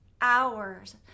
hours